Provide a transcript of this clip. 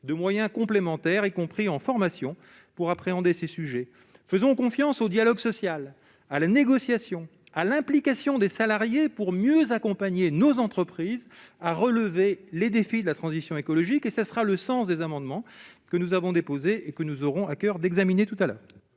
de moyens complémentaires, y compris en formation pour appréhender ces sujets, faisons confiance au dialogue social à la négociation à l'implication des salariés pour mieux accompagner nos entreprises à relever les défis de la transition écologique et ce sera le sens des amendements que nous avons déposé et que nous aurons à coeur d'examiner tout à l'heure.